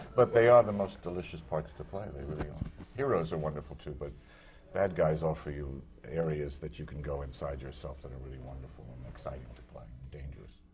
but they are the most delicious parts to play but heroes are wonderful, too, but bad guys offer you areas that you can go inside yourself that are really wonderful and exciting to play, and dangerous.